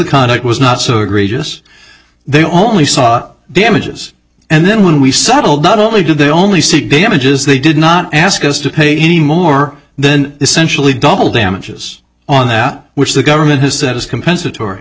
conduct was not so egregious they only saw damages and then when we settled not only did they only seek damages they did not ask us to pay any more then essentially double damages on that which the government has that is compensatory